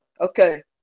Okay